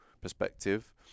perspective